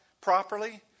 properly